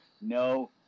no